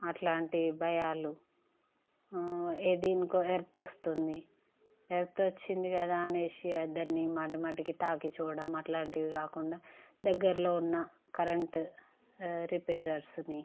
అలాంటి భయాలు ఆ దేనికో ఎర్త్ వస్తుంది ఎర్త్ వచ్చింది కదా అనేసి దాన్ని మాటిమాటికి తాకి చూడడం అలాంటివి కాకుండా దగ్గరలో ఉన్న కరెంట్ రిపేరర్స్ని